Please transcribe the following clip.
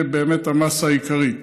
זה באמת המאסה העיקרית.